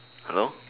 hello